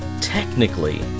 technically